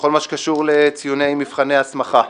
בכל מה שקשור לציוני מבחני הסמכה.